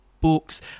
books